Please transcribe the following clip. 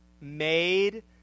made